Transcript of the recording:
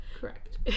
Correct